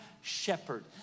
shepherd